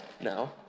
No